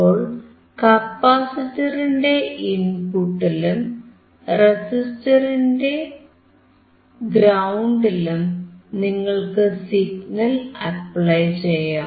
അപ്പോൾ കപ്പാസിറ്ററിന്റെ ഇൻപുട്ടിലും റെസിസ്റ്ററിന്റെ ഗ്രൌണ്ടിലും നിങ്ങൾക്ക് സിഗ്നൽ അപ്ലൈ ചെയ്യാം